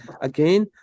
again